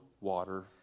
water